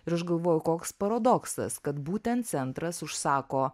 ir aš galvoju koks paradoksas kad būtent centras užsako